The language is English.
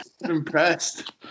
impressed